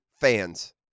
fans